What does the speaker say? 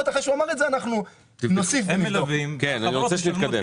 הפניה גם לחבר בני אדם שחייב בהגשת דוח CBC. אבל אני מבינה שיש שינויים.